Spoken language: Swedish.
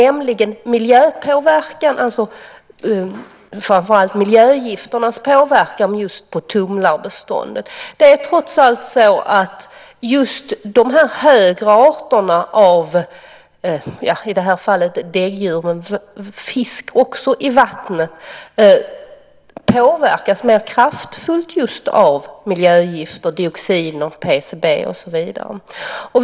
Det är miljöpåverkan och framför allt miljögifternas påverkan just på tumlarbeståndet. Det är trots allt så att de högre arterna i vattnet - i det här fallet däggdjur, men också fisk - påverkas mer kraftfullt av miljögifter, dioxiner, PCB och så vidare.